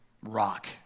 Rock